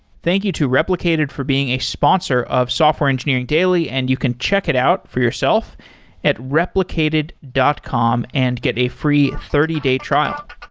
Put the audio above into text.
thank you to replicated for being a sponsor of software engineering daily. and you can check it out for yourself at replicated dot com and get a free thirty day trial